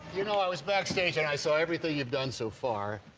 you know, i was backstage, and i saw everything you've done so far.